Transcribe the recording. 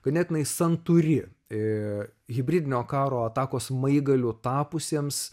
ganėtinai santūri ir hibridinio karo atakos smaigaliu tapusiems